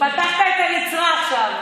פתחת את הנצרה עכשיו.